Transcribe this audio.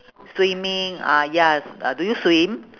swimming ah ya s~ uh do you swim